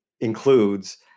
includes